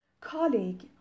Colleague